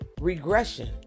Regression